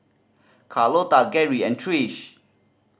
Carlota Geri and Trish